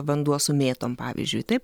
vanduo su mėtom pavyzdžiui taip